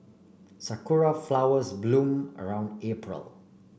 sakura flowers bloom around April